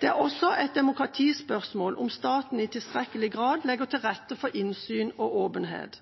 Det er også et demokratispørsmål om hvorvidt staten i tilstrekkelig grad legger til rette for innsyn og åpenhet.